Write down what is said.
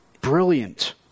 brilliant